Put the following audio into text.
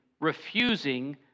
refusing